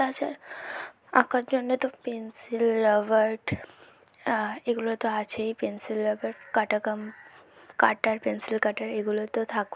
তাছাড়া আঁকার জন্যে তো পেন্সিল রবার এগুলো তো আছেই পেন্সিল রাবার কাঁটা কাম কাটার পেন্সিল কাটার এগুলো তো থাক